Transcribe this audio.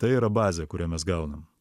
tai yra bazė kurią mes gaunam